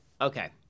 Okay